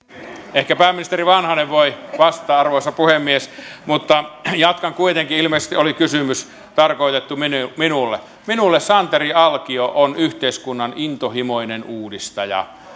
ehkä pääministeri vanhanen voi vastata arvoisa puhemies mutta jatkan kuitenkin ilmeisesti kysymys oli tarkoitettu minulle minulle santeri alkio on yhteiskunnan intohimoinen uudistaja